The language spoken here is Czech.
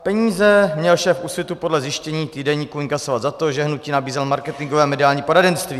Peníze měl šéf Úsvitu podle zjištění týdeníku inkasovat za to, že hnutí nabízelo marketingové a mediální poradenství.